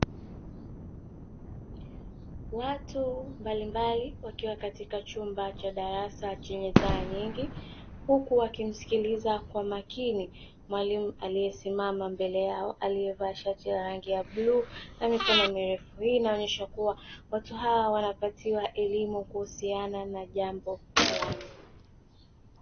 Watu mbalimbali wakiwa katika chumba cha darasa chenye taa nyingi, huku wakimsikiliza kwa makini mwalimu aliyesimama mbele yao aliyevaa shati la rangi ya bluu la mikono mirefu. Hii inaonyesha kuwa watu hawa wanapatiwa elimu kuhusiana na jambo flani.